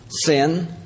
Sin